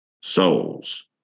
souls